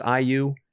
IU